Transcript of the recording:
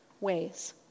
ways